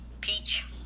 Peach